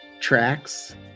tracks